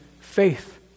faith